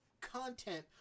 content